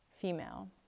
female